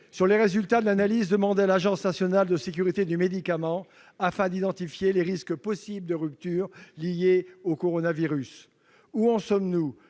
sur les résultats de l'analyse demandée à l'Agence nationale de sécurité du médicament afin d'identifier les risques possibles de ruptures d'approvisionnement liées au coronavirus ? Où en sommes-nous